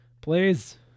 Please